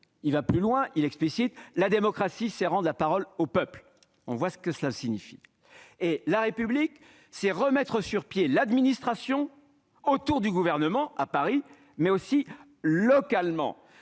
Il va plus loin en explicitant : la démocratie, c'est rendre la parole au peuple. Son propos est sans ambiguïté. Refonder la République, c'est remettre sur pied l'administration autour du Gouvernement, à Paris, mais aussi localement.